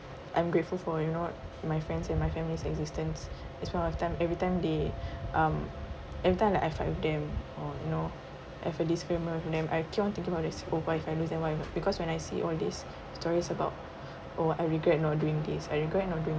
I'm grateful for you know my friends and my family's existence this point of time everytime they um everytime like I fight with them or you know I have a disagreement with them I keep on thinking about this oh what if I lose them what you know because when I see all these stories about oh I regret not doing this I regret not doing